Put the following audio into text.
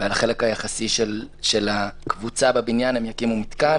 ועל החלק היחסי של הקבוצה בבניין הם יקימו מתקן.